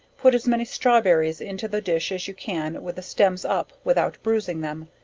put as many strawberries into the dish as you can with the stems up without bruizing them,